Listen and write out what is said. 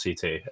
CT